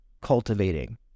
cultivating